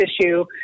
issue